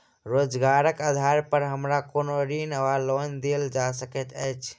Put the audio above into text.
रोजगारक आधार पर हमरा कोनो ऋण वा लोन देल जा सकैत अछि?